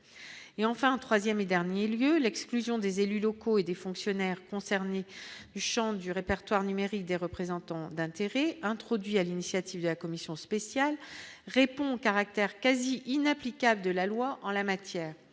et enfin 3ème et dernier lieu l'exclusion des élus locaux et des fonctionnaires concernés du Champ du répertoire numérique des représentants d'intérêts introduit à l'initiative de la Commission spéciale répond caractère quasi inapplicable de la loi en la matière,